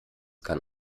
kann